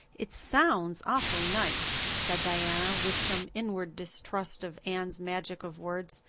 it sounds awfully nice, said diana, with some inward distrust of anne's magic of words.